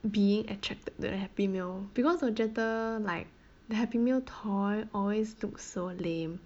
being attracted to the happy meal because 我觉得 like the happy meal toy always look so lame